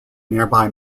nearby